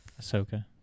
Ahsoka